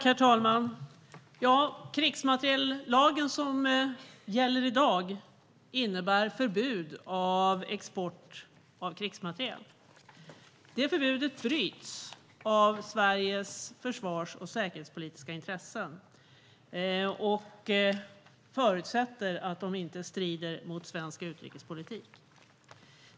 Herr talman! Den krigsmateriellag som gäller i dag innebär förbud mot export av krigsmateriel. Detta förbud kan brytas av Sveriges försvars och säkerhetspolitiska intressen förutsatt att det inte strider mot svensk utrikespolitik.